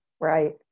right